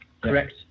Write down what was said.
Correct